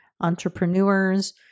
entrepreneurs